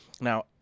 Now